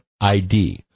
ID